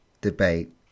debate